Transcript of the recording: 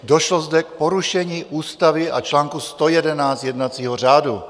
Došlo zde k porušení ústavy a článku 111 jednacího řádu.